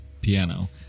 piano